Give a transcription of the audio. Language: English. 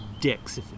dicks